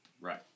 Right